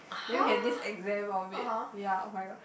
then we had this exam of it ya oh-my-god